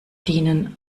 dienen